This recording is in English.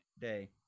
day